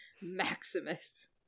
Maximus